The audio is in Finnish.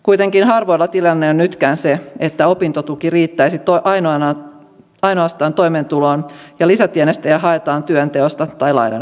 kuitenkin harvoilla tilanne on nytkään se että ainoastaan opintotuki riittäisi toimeentuloon ja lisätienestejä haetaan työnteosta tai lainanotosta